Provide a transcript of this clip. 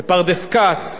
בפרדס-כץ,